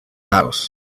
house